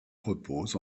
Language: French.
repose